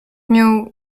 miał